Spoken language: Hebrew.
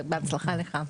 בהצלחה לך.